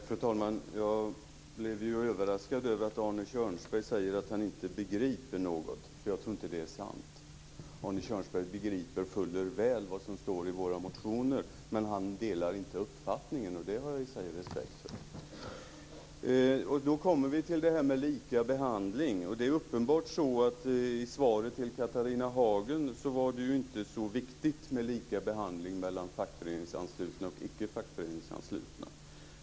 Fru talman! Jag blev överraskad över att Arne Kjörnsberg säger att han inte begriper något, för jag tror inte att det är sant. Arne Kjörnsberg begriper fuller väl vad som står i våra motioner, men han delar inte uppfattningen, och det har jag i sig respekt för. Då kommer vi till detta med lika behandling. Det är uppenbart att i svaret till Catharina Hagen var det ju inte så viktigt med lika behandling mellan fackföreningsanslutna och icke fackföreningsanslutna.